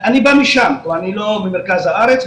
אני בא משם אני לא ממרכז הארץ,